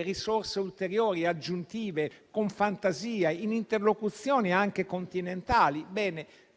risorse ulteriori e aggiuntive, con fantasia, in interlocuzioni anche continentali.